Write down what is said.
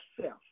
self